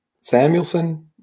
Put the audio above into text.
Samuelson